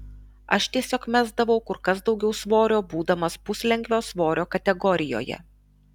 aš tiesiog mesdavau kur kas daugiau svorio būdamas puslengvio svorio kategorijoje